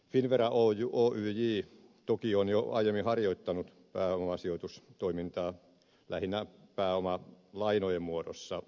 finnvera oyj toki on jo aiemmin harjoittanut pääomasijoitustoimintaa lähinnä pääomalainojen muodossa